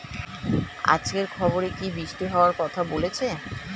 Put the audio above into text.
আজকের খবরে কি বৃষ্টি হওয়ায় কথা বলেছে?